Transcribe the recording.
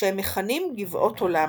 שהם מכנים "גבעות עולם".